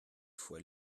fois